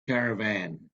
caravan